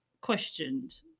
questioned